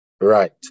Right